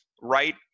right